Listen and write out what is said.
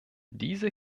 diese